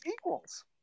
equals